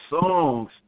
songs